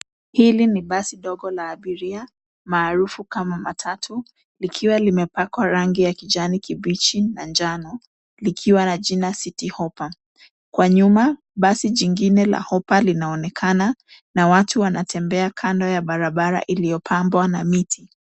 Hili ni basi dogo la abiria, maarufu kama matatu, likiwa ilimepakwa rangi ya kijani kibichi na njano, likiwa na jina City Hopper. Kwa nyuma, basi jingine la Hopper linaonekana na watu wanatembea kando ya barabara iliopambwa na miti.